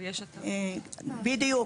בדיוק.